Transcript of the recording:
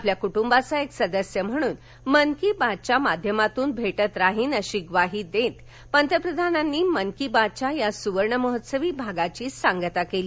आपल्या कुटुंबाचा एक सदस्य म्हणून मन की बातच्या माध्यमातून भेटत राहीन अशी ग्वाही देत पंतप्रधानांनी मन की बातच्या सूवर्ण महोत्सवी भागाची सांगता केली